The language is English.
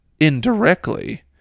indirectly